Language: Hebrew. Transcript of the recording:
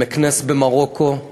במקנס במרוקו,